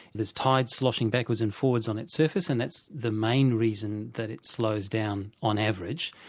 there's tides sloshing backwards and forwards on its surface and that's the main reason that it slows down on average.